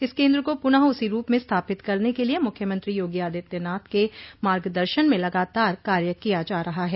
इस केन्द्र को पुनः उसी रूप में स्थापित करने के लिये मुख्यमंत्री योगी आदित्यनाथ के मार्ग दर्शन में लगातार कार्य किया जा रहा है